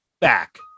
back